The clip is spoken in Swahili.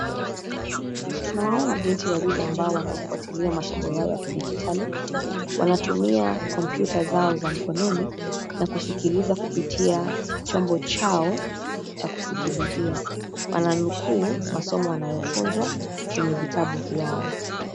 Tunawaona binti wawili ambao wanafuatilia masomo yao ya kidijitali, wanatumia kompyuta zao za mkononi, na kusikiliza kupitia, chombo chao, cha kusikilizia, wananukuu masomo wanayofunzwa, kwenye vitabu vyao.